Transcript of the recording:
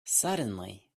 suddenly